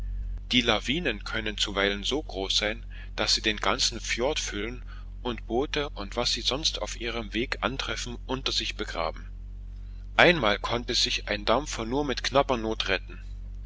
die lawinen können zuweilen so groß sein daß sie den ganzen fjord füllen und boote und was sie sonst auf ihrem weg antreffen unter sich begraben einmal konnte sich ein dampfer nur mit knapper not retten